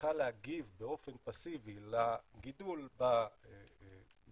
צריכה להגיב באופן פסיבי לגידול בצריכה